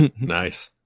nice